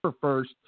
first